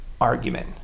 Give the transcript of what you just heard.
argument